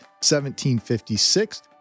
1756